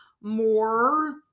more